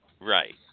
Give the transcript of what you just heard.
Right